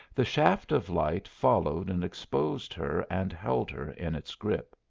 the shaft of light followed and exposed her and held her in its grip.